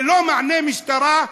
ללא מענה משטרה,